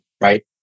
right